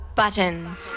buttons